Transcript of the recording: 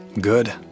Good